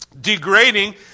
degrading